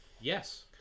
Yes